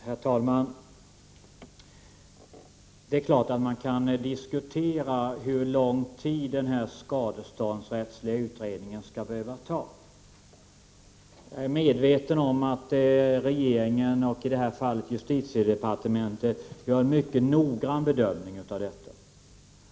Herr talman! Det är självklart att man kan diskutera hur lång tid den här skadeståndsrättsliga utredningen skall behöva ta. Jag är medveten om att regeringen, i det här fallet justitiedepartementet, gör en mycket noggrann bedömning av detta.